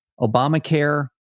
Obamacare